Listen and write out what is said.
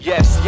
Yes